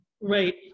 Right